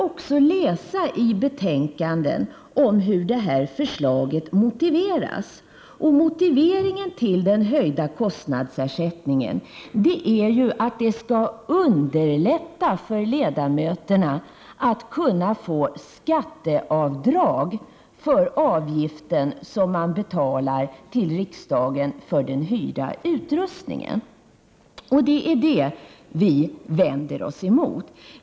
2 juni 1989 Motiveringen i betänkandet för höjningen av kostnadsersättningen är också att den skall underlätta för ledamöterna att få skatteavdrag för den avgift de betalar till riksdagen för den hyrda utrustningen. Det är detta vi vänder oss emot.